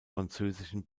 französischen